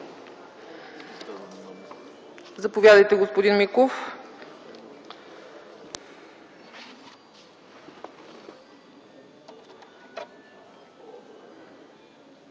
Заповядайте, господин Миков.